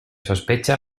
sospecha